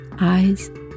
eyes